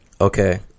Okay